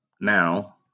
now